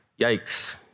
yikes